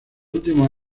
último